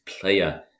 player